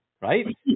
Right